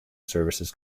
services